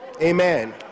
Amen